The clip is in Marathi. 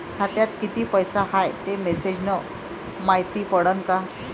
खात्यात किती पैसा हाय ते मेसेज न मायती पडन का?